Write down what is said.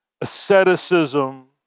asceticism